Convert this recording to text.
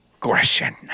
aggression